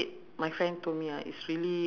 yes size of the prawn